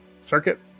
circuit